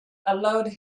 allowed